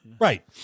right